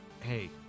Hey